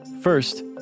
First